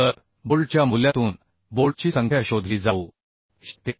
तर बोल्टच्या मूल्यातून बोल्टची संख्या शोधली जाऊ शकते